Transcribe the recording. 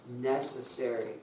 necessary